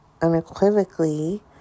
unequivocally